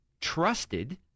trusted